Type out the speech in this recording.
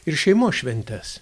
ir šeimos šventes